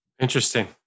Interesting